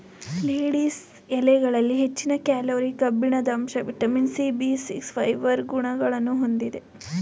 lettuce ಎಲೆಗಳಲ್ಲಿ ಹೆಚ್ಚಿನ calorie, ಕಬ್ಬಿಣದಂಶ, vitamin C, B six, fibre ಗುಣಗಳನ್ನು ಹೊಂದಿದೆ